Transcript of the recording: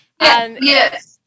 Yes